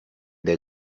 der